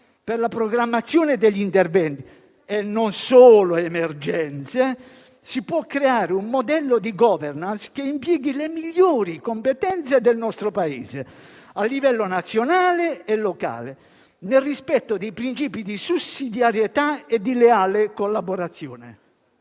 Per la programmazione degli interventi - e non solo in emergenza - si può creare un modello di *governance* che impieghi le migliori competenze del nostro Paese a livello nazionale e locale, nel rispetto dei principi di sussidiarietà e leale collaborazione.